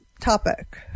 Topic